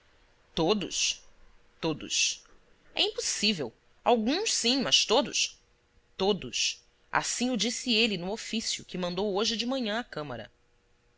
todos todos é impossível alguns sim mas todos todos assim o disse ele no ofício que mandou hoje de manhã à câmara